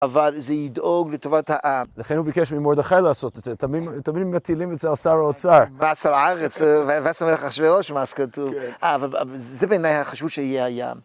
‫אבל זה ידאוג לטובת העם. ‫לכן הוא ביקש ממרדכי לעשות את זה. ‫תמיד מטילים את זה על שר האוצר. ‫מס על הארץ ‫וישם אחשוורוש מה שכתוב ‫אבל זה בעיניי חשבו שיהיה הים.